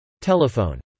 Telephone